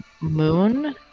moon